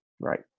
Right